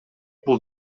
бул